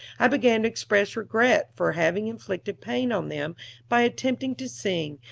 i began to express regret for having inflicted pain on them by attempting to sing,